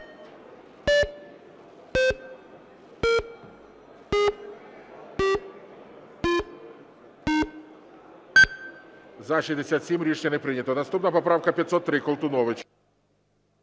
За-67 Рішення не прийнято. Наступна поправка 503. Колтунович.